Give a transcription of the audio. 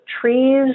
trees